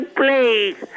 please